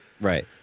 right